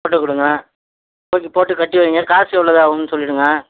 போட்டுக்கொடுங்க போட்டு போட்டு கட்டி வைங்க காசு எவ்வளது ஆகும்னு சொல்லிடுங்க